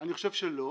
אני חושב שלא,